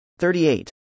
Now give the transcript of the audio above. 38